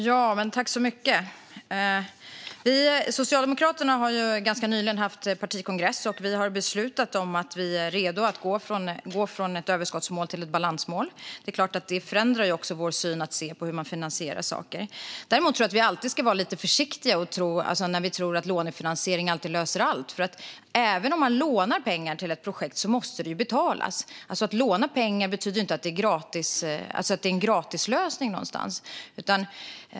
Fru talman! Vi socialdemokrater har ju ganska nyligen haft partikongress, och vi har beslutat om och är redo att gå från ett överskottsmål till ett balansmål. Det är klart att det också förändrar vår syn på hur man finansierar saker. Däremot tror jag att vi alltid ska vara lite försiktiga med att tro att lånefinansiering alltid löser allt, för även om man lånar pengar till ett projekt måste det ju betalas. Att låna pengar är ju inte en gratislösning.